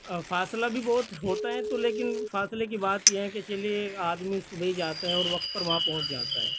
فاصلہ بھی بہت ہوتا ہے تو لیکن فاصلے کی بات یہ ہے کہ چلیے آدمی صبح ہی جاتا ہے اور وقت پر وہاں پہنچ جاتا ہے